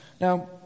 Now